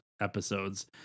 episodes